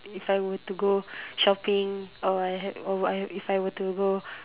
if I were to go shopping or had or I if I were to go